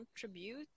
contribute